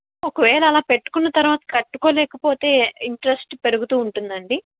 ఒకవేళ అలా పెట్టుకున్న తరువాత కట్ట లేకపోతే ఇంట్రెస్ట్ పెరుగుతూ ఉంటుందా అండి